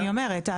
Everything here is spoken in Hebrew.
אני אומרת,